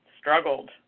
struggled